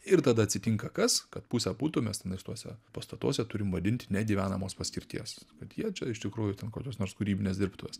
ir tada atsitinka kas kad pusę busę butų mes tenais tuose pastatuose turim vadinti negyvenamos paskirties kad jie čia iš tikrųjų ten kokios nors kūrybinės dirbtuvės